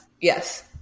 yes